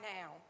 now